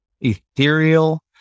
ethereal